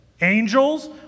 angels